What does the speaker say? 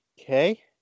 okay